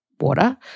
water